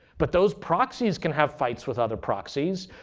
but those proxies can have fights with other proxies.